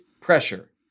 pressure